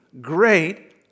great